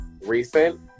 Recent